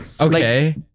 Okay